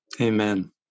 Amen